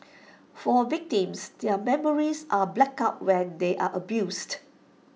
for victims their memories are blacked out when they are abused